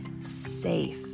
safe